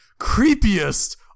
creepiest